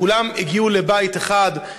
כולם הגיעו לבית אחד,